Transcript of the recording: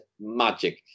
magic